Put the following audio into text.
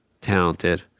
talented